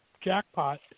jackpot